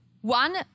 one